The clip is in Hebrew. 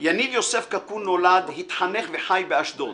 יניב יוסף קקון נולד, התחנך וחי באשדוד.